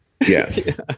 Yes